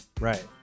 Right